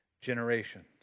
generations